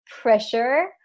pressure